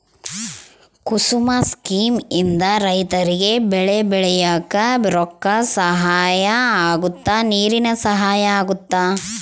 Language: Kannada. ಕುಸುಮ ಸ್ಕೀಮ್ ಇಂದ ರೈತರಿಗೆ ಬೆಳೆ ಬೆಳಿಯಾಕ ರೊಕ್ಕ ಸಹಾಯ ಅಗುತ್ತ ನೀರಿನ ಸಹಾಯ ಅಗುತ್ತ